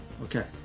Okay